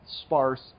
sparse